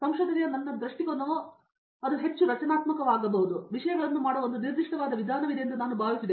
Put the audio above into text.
ಸಂಶೋಧನೆಯ ನನ್ನ ದೃಷ್ಟಿಕೋನವು ಅದು ಹೆಚ್ಚು ರಚನೆಯಾಗಬಹುದೆಂದು ವಿಷಯಗಳನ್ನು ಮಾಡುವ ಒಂದು ನಿರ್ದಿಷ್ಟವಾದ ವಿಧಾನವಿದೆ ಎಂದು ನಾನು ಭಾವಿಸಿದೆ